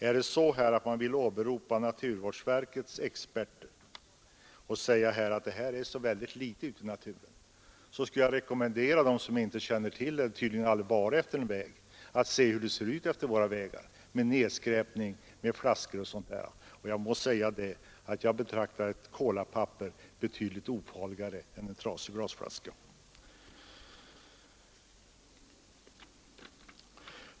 Är det så att man vill åberopa naturvårdsverkets experter och säga att det förekommer så litet returglas ute i naturen, skulle jag vilja rekommendera dem som inte känner till förhållandena och som tydligen aldrig varit ute efter en väg, att studera hur det ser ut omkring våra vägar med nedskräpning av flaskor m.m. Jag måste säga att jag betraktar ett kolapapper som betydligt ofarligare än en trasig glasflaska.